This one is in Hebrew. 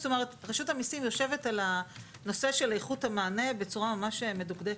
רשות המיסים יושבת על הנושא של איכות המענה בצורה ממש מדוקדקת.